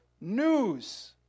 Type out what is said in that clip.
news